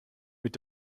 mit